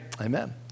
amen